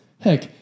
heck